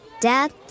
Dad